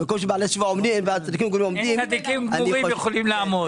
עומדים צדיקים גמורים אינם עומדים.